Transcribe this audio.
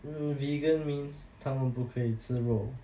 mm vegan means 她们不可以吃肉